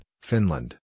Finland